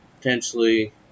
potentially